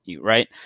right